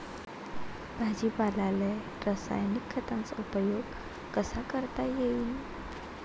भाजीपाल्याले रासायनिक खतांचा उपयोग कसा करता येईन?